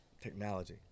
Technology